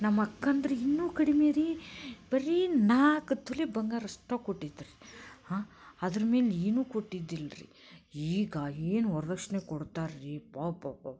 ನಮ್ಮಅಕ್ಕಂದು ರೀ ಇನ್ನೂ ಕಡಿಮೆ ರೀ ಬರೀ ನಾಲ್ಕು ತೊಲ ಬಂಗಾರಷ್ಟೇ ಕೊಟ್ಟಿದ್ದರು ರೀ ಹಾಂ ಅದ್ರ ಮೇಲೆ ಏನು ಕೊಟ್ಟಿದ್ದಿಲ್ಲ ರೀ ಈಗ ಏನು ವರ್ದಕ್ಷಿಣೆ ಕೊಡ್ತಾರೆ ರೀ ಅಬ್ಬಬ್ಬಬ್ಬ